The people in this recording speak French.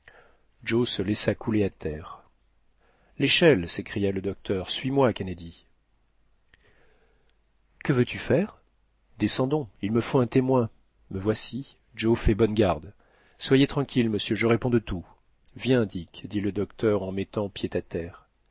joe se laissa couler à terre l'échelle s'écria le docteur suis-moi kennedy que veux-tu faire descendons il me faut un témoin me voici joe fais bonne garde soyez tranquille monsieur je réponds de tout viens dick dit le docteur en mettant pied à terre